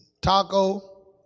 Taco